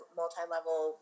multi-level